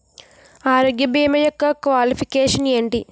ఆరోగ్య భీమా యెక్క క్వాలిఫికేషన్ ఎంటి?